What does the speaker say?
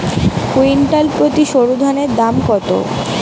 Quintal প্রতি সরুধানের দাম কত?